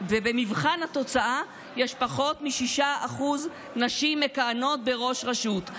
ובמבחן התוצאה יש פחות מ-6% נשים מכהנות בראש רשות,